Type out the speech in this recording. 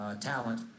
talent